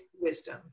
wisdom